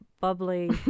bubbly